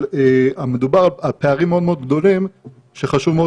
אבל מדובר על פערים מאוד מאוד גדולים שחשוב מאוד